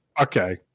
Okay